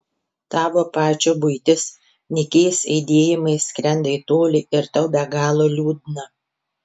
tavo pačio buitis nykiais aidėjimais skrenda į tolį ir tau be galo liūdna